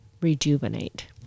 rejuvenate